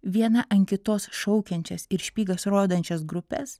viena ant kitos šaukiančias ir špygas rodančias grupes